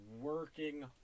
working